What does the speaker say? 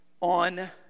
on